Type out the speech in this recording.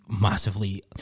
massively